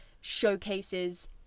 showcases